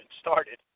started